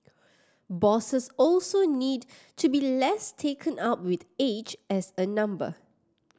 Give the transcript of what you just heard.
bosses also need to be less taken up with age as a number